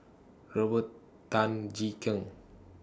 Robert Tan Jee Keng